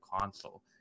console